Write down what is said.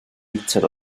litr